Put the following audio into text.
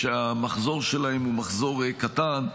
שהמחזור שלהם הוא מחזור קטן,